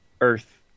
earth